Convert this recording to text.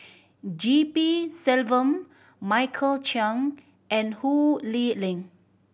G P Selvam Michael Chiang and Ho Lee Ling